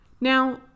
Now